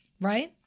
right